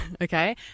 Okay